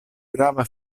grava